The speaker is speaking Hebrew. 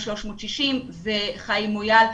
מ-360 וחיים מויאל,